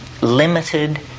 limited